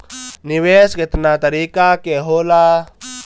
निवेस केतना तरीका के होला?